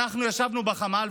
אנחנו ישבנו בחמ"ל,